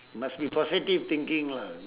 must be positive thinking lah